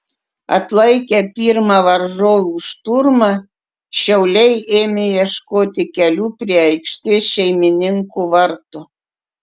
atlaikę pirmą varžovų šturmą šiauliai ėmė ieškoti kelių prie aikštės šeimininkų vartų